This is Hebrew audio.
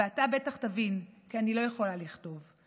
ואתה בטח תבין כי איני יכולה לכתוב.